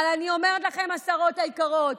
אבל אני אומרת לכן, שרות יקרות,